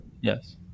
Yes